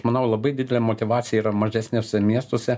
manau labai didelė motyvacija yra mažesniuose miestuose